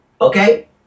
Okay